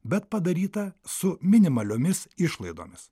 bet padaryta su minimaliomis išlaidomis